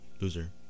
loser